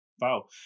wow